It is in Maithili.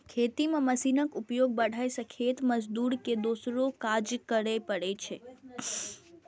खेती मे मशीनक उपयोग बढ़ै सं खेत मजदूर के दोसरो काज करै पड़ै छै